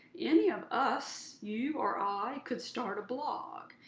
any of us you or i could start a blog,